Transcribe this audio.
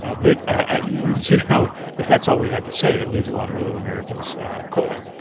ah but ah you can see how if that's all we have to say, it leaves a lot of rural americans cold.